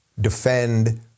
defend